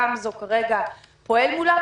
גמזו כרגע פועל מולם,